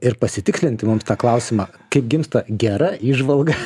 ir pasitikslinti mums tą klausimą kaip gimsta gera įžvalga